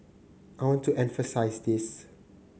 I want to emphasise this